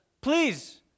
Please